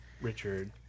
Richard